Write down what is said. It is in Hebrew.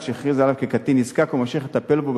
שהכריז עליו כקטין נזקק וממשיך לטפל בו,